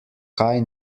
kaj